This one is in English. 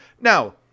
Now